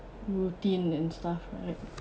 routine and stuff right